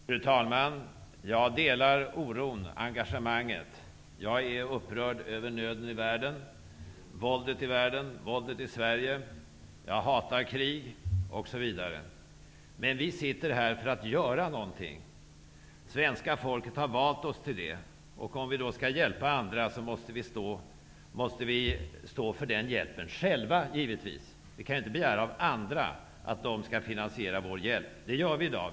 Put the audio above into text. Fru talman! Jag delar oron och engagemanget. Jag är upprörd över nöden i världen, våldet i världen och våldet i Sverige. Jag hatar krig. Men vi sitter här för att göra något. Svenska folket har valt oss till det. Om vi skall hjälpa andra, måste vi stå för den hjälpen själva, givetvis. Vi kan inte begära av andra att de skall finansiera vår hjälp. Det gör vi i dag.